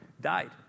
died